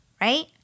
right